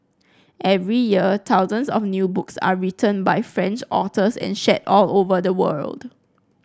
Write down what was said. every year thousands of new books are written by French authors and shared all over the world